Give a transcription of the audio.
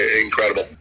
Incredible